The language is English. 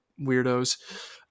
weirdos